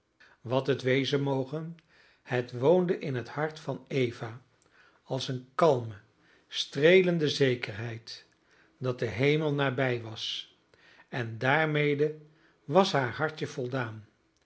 wat het wezen moge het woonde in het hart van eva als een kalme streelende zekerheid dat de hemel nabij was en daarmede was haar hartje voldaan